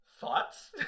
thoughts